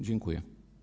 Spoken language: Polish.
Dziękuję.